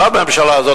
לא הממשלה הזאת.